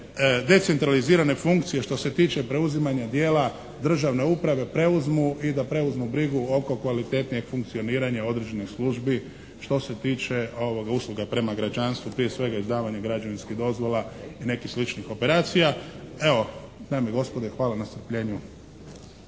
decentralizirane funkcije što se tiče preuzimanja dijela državne uprave preuzmu i da preuzmu brigu oko kvalitetnijeg funkcioniranja određenih službi što se tiče usluga prema građanstvu, prije svega izdavanja građevinskih dozvola i nekih sličnih operacija. Evo, dame i gospodo, hvala na strpljenju.